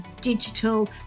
digital